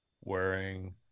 wearing